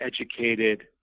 educated